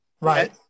right